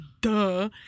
duh